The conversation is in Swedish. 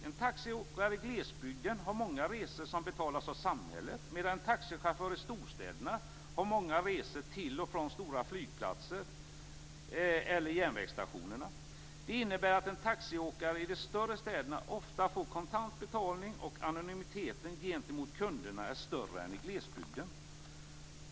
En taxiåkare i glesbygden har många resor som betalas av samhället, medan en taxichaufför i storstäderna har många resor till och från stora flygplatser och järnvägsstationer. Det innebär att en taxiåkare i de större städerna ofta får kontant betalning och att anonymiteten gentemot kunderna är större än i glesbygden.